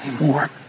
anymore